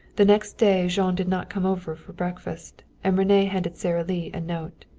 the next day jean did not come over for breakfast, and rene handed sara lee a note.